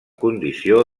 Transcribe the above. condició